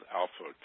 alpha